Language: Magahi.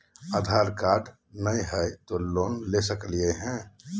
आधार कार्ड नही हय, तो लोन ले सकलिये है?